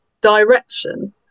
direction